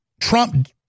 Trump